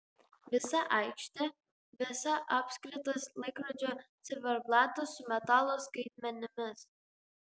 visa aikštė visa apskritas laikrodžio ciferblatas su metalo skaitmenimis